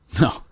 No